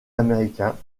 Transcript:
américain